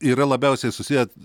yra labiausiai susiję